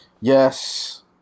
Yes